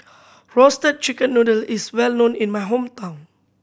Roasted Chicken Noodle is well known in my hometown